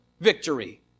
victory